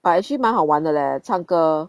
but actually 蛮好玩的 leh 唱歌